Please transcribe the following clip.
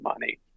money